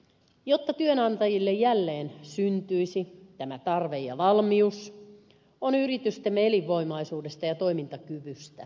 jotta työnantajille jälleen syntyisi tämä tarve ja valmius on yritystemme elinvoimaisuudesta ja toimintakyvystä pidettävä huolta